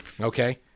okay